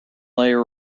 layer